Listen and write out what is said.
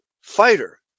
fighter